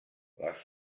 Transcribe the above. les